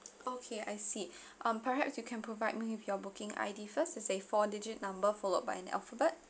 okay I see um perhaps you can provide me with your booking I_D first it's a four digit number followed by an alphabet